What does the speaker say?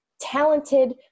talented